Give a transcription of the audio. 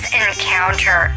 encounter